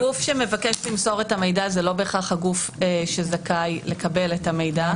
הגוף שמבקש למסור את המידע זה לא בהכרח הגוף שזכאי לקבל את המידע.